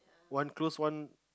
one close one